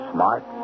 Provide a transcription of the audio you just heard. Smart